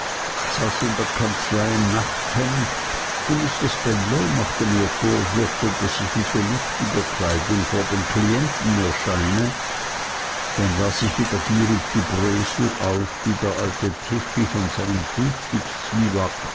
in der kanzlei im nachthemd und mr spenlow machte mir vorwürfe daß ich in so luftiger kleidung vor den klienten erscheine dann las ich wieder gierig die brösel auf die der alte tiffey von seinem